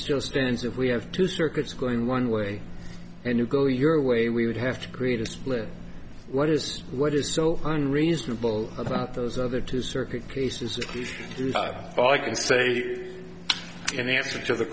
still stands if we have two circuits going one way and you go your way we would have to create a split what is what is so unreasonable about those other two circuit pieces all i can say in answer to the